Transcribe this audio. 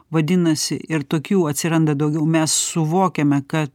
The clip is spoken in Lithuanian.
vadinasi ir tokių atsiranda daugiau mes suvokiame kad